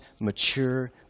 mature